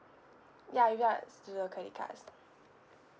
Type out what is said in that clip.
ya ya it's the credit cards